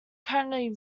currently